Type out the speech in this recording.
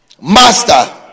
Master